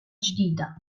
ġdida